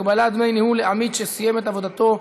(תיקון, הגבלת דמי ניהול לעמית שסיים את עבודתו),